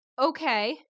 Okay